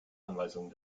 anweisungen